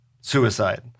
suicide